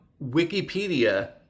Wikipedia